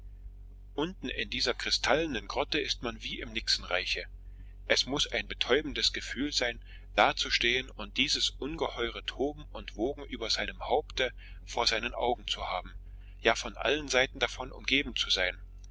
unten in dieser kristallenen grotte ist man wie im nixenreiche es muß ein betäubendes gefühl sein dazustehen und dieses ungeheure toben und wogen über seinem haupte vor seinen augen zu haben ja von allen seiten davon umgeben zu sein